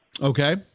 Okay